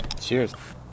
Cheers